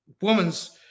women's